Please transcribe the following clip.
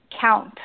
count